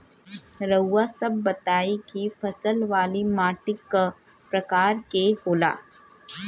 रउआ सब बताई कि फसल वाली माटी क प्रकार के होला?